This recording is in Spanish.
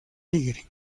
tigre